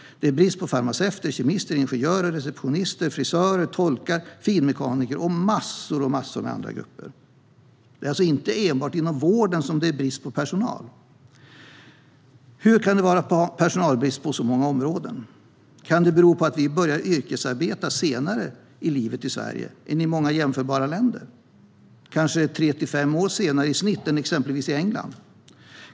Det är brist på farmaceuter, kemister, ingenjörer, receptionister, frisörer, tolkar, finmekaniker och massor av andra grupper. Det är alltså inte enbart inom vården som det är brist på personal. Hur kan det vara personalbrist på så många områden? Kan det bero på att vi börjar yrkesarbeta senare i livet i Sverige än i många jämförbara länder, kanske tre till fem år senare i genomsnitt än exempelvis i England?